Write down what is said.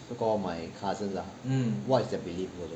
so called my cousins ah what is their belief also